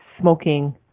smoking